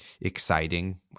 exciting